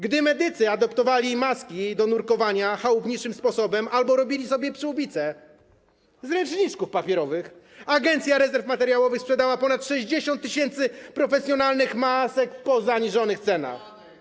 Gdy medycy adaptowali maski do nurkowania chałupniczym sposobem albo robili sobie przyłbice z ręczniczków papierowych, Agencja Rezerw Materiałowych sprzedała ponad 60 tys. profesjonalnych masek po zaniżonych cenach.